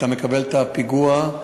אתה מקבל את הפיגוע,